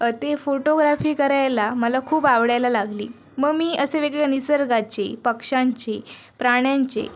ते फोटोग्राफी करायला मला खूप आवडायला लागली मग मी असे वेगवेगळ्या निसर्गाची पक्ष्यांची प्राण्यांचे